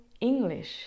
English